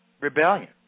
rebellion